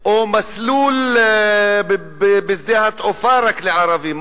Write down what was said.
או מסלול בשדה התעופה רק לערבים.